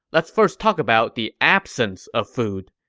let's first talk about the absence of food.